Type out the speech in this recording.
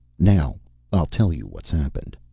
now i'll tell you what's happened.